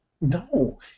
No